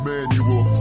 Manual